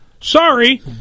Sorry